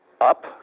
up